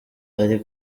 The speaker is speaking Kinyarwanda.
ari